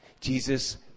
Jesus